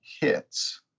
hits